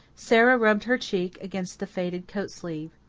sara rubbed her cheek against the faded coat sleeve.